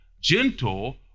gentle